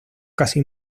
casi